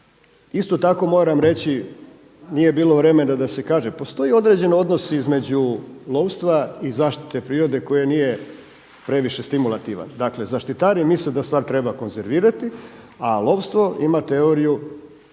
Isto tamo moram reći nije bilo vremena da se kaže, postoji određeni odnos između lovstva i zaštite prirode koje nije previše stimulativan. Dakle zaštitari misle da stvar treba konzervirati, a lovstvo ima teoriju